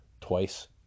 twice